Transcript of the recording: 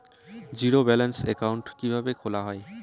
Zero balance account কিভাবে খোলা হয়?